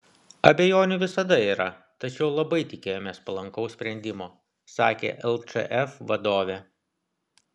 abejonių visada yra tačiau labai tikėjomės palankaus sprendimo sakė lčf vadovė